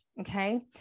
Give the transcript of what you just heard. okay